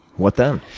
what then?